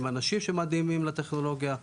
עם אנשים שמתאימים לטכנולוגיה,